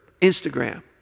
Instagram